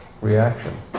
reaction